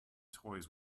toys